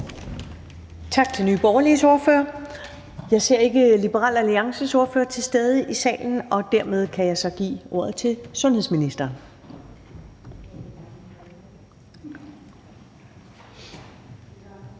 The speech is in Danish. Tak til Nye Borgerliges ordfører. Jeg ser ikke, at Liberal Alliances ordfører til stede i salen, og dermed kan jeg så give ordet til sundhedsministeren.